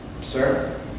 Sir